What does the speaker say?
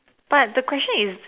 but the question is